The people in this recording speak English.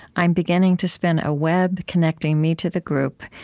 i'm beginning to spin a web connecting me to the group,